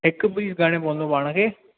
हिकु पीस घणे पवंदो पाण खे